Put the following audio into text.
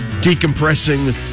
decompressing